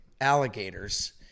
alligators